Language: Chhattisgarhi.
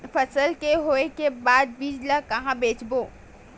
फसल के होय के बाद बीज ला कहां बेचबो?